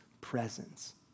presence